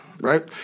right